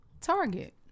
target